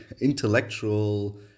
intellectual